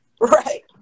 right